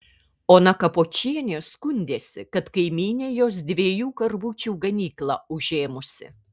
ona kapočienė skundėsi kad kaimynė jos dviejų karvučių ganyklą užėmusi